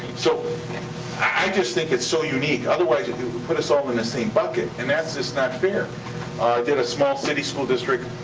so i just think it's so unique. otherwise, it would put us all in the same bucket, and that's just not fair. i did a small city school district,